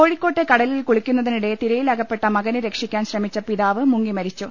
കോഴിക്കോട്ട് കടലിൽ കുളിക്കുന്നതിനിടെ തിരയിലുകപ്പെട്ട മകനെ രക്ഷിക്കാൻ ശ്രമിച്ച പിതാവ് മുങ്ങി മരിച്ചു